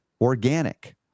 organic